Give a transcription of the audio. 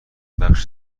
بخش